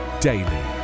daily